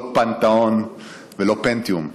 לא פנתאון ולא פנטיום,